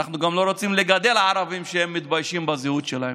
ואנחנו גם לא רוצים לגדל ערבים שמתביישים בזהות שלהם.